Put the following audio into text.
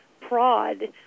prod